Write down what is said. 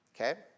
Okay